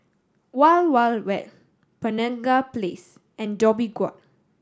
Wild Wild Wet Penaga Place and Dhoby Ghaut